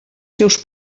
seus